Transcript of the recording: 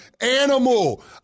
animal